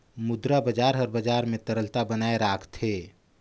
मुद्रा बजार हर बजार में तरलता बनाए राखथे